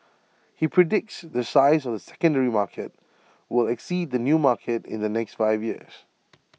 he predicts the size of the secondary market will exceed the new market in the next five years